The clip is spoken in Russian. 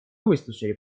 выслушали